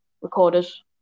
recorders